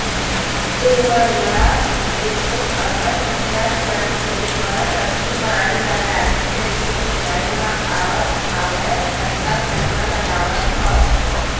तुमन ल एसो अपन बिकट कन खेत म सब्जी पान लगाही कहिके सुनाई म आवत हवय कतका कन म लगावत हव?